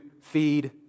feed